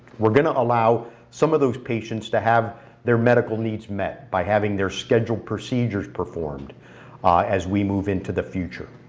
we're gonna allow some of those patients to have their medical needs met by having their scheduled procedures performed as we move into the future.